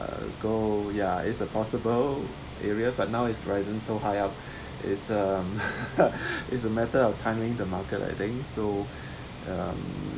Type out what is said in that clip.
uh gold ya it's a possible area but now it's rising so high up is uh it's a matter of timing the market I think so um